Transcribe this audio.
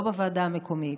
לא בוועדה המקומית,